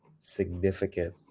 significant